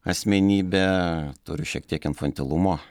asmenybė turi šiek tiek infantilumo